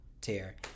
tear